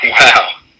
Wow